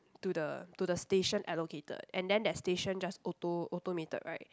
to the to the station allocated and then that station just auto automated right